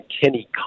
Kenny